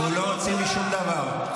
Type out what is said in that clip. הוא לא הוציא משום דבר,